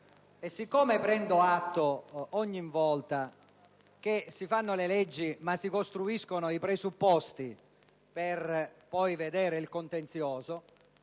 siccome prendo atto che ogni volta che si fanno le leggi si costruiscono anche i presupposti per vedere poi il contenzioso